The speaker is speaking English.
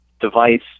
device